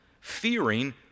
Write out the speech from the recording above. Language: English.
fearing